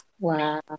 wow